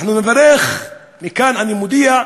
אנחנו נברך, מכאן אני מודיע,